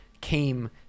came